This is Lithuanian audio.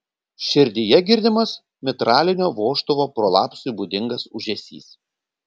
širdyje girdimas mitralinio vožtuvo prolapsui būdingas ūžesys